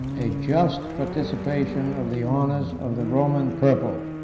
a just participation of the honors of the roman purple.